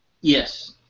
Yes